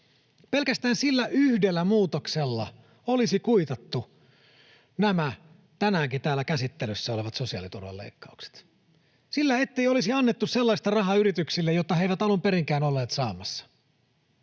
pelkästään sillä yhdellä muutoksella olisi kuitattu nämä tänäänkin täällä käsittelyssä olevat sosiaaliturvaleikkaukset — sillä, ettei olisi annettu sellaista rahaa yrityksille, jota he eivät alun perinkään olleet saamassa.